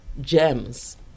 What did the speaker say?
gems